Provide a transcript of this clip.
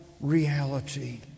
reality